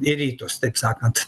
į rytus taip sakant